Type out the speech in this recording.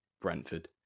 Brentford